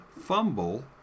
fumble